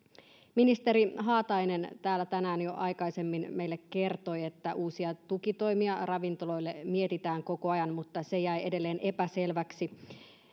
ministeri haatainen täällä tänään jo aikaisemmin meille kertoi että uusia tukitoimia ravintoloille mietitään koko ajan mutta se jäi edelleen epäselväksi